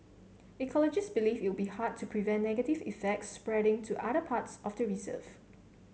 ecologists believe it would be hard to prevent negative effects spreading to other parts of the reserve